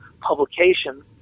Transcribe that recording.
publication